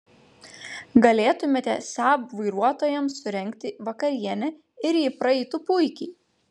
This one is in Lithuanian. galėtumėte saab vairuotojams surengti vakarienę ir ji praeitų puikiai